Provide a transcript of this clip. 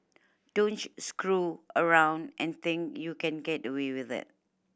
don't screw around and think you can get away with it